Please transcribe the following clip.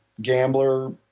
gambler